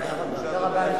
תודה רבה.